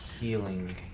healing